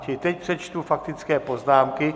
Čili teď přečtu faktické poznámky...